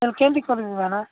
କେମିତି କରିବା ମ୍ୟାଡମ୍